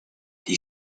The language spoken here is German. die